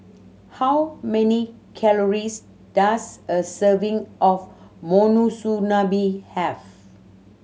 how many calories does a serving of Monsunabe have